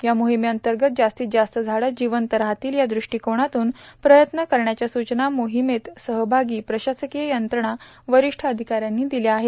या मोहिमेअंतर्गत जास्तीत जास्त झाडं जिवंत राहतील या दृष्टीकोनातून प्रयत्न करण्याच्या सूचना मोहिमेत सहभागी प्रशासकीय यंत्रणांना वरिष्ठ अधिकाऱ्यांनी दिल्या आहेत